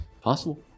Possible